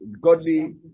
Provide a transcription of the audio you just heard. godly